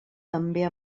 també